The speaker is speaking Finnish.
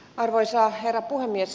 arvoisa herra puhemies